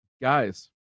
Guys